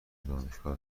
دانشگاه